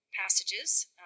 passages